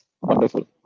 Wonderful